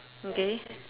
okay